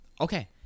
okay